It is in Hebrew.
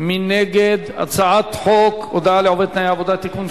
מי נגד הצעת חוק הודעה לעובד (תנאי עבודה) (תיקון,